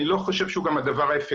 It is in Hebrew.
אני לא חושב שהוא גם הדבר האפקטיבי.